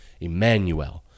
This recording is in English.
Emmanuel